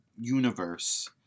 universe